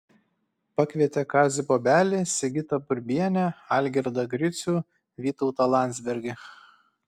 pakvietė kazį bobelį sigitą burbienę algirdą gricių vytautą landsbergį